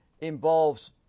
involves